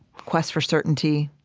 quest for certainty.